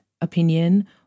opinion